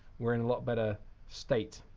we're in a lot better state.